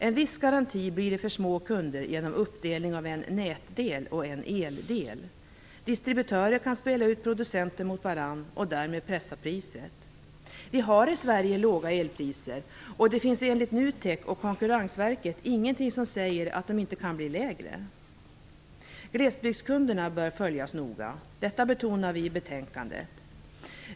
En viss garanti blir det för små kunder genom uppdelningen i en nätdel och en eldel. Distributörer kan spela ut producenter mot varandra och därmed pressa priset. Vi har i Sverige låga elpriser, och det finns enligt NUTEK och Konkurrensverket ingenting som säger att de inte kan bli lägre. Glesbygdskunderna bör följas noga. Detta betonar vi i betänkandet.